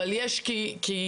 אם יש אונס,